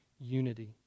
unity